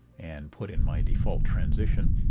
and put in my default transition